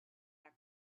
that